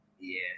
Yes